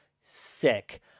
sick